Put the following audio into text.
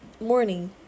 morning